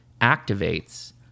activates